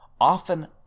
often